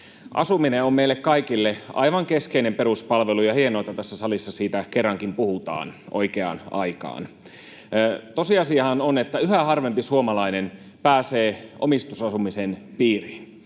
Asuminen on meille kaikille aivan keskeinen peruspalvelu, ja on hienoa, että tässä salissa siitä kerrankin puhutaan oikeaan aikaan. Tosiasiahan on, että yhä harvempi suomalainen pääsee omistusasumisen piiriin.